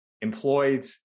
employed